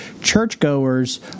churchgoers